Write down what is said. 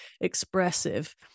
expressive